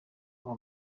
aba